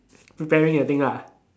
preparing the thing lah